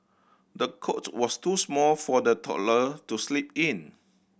the cot was too small for the toddler to sleep in